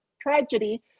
tragedy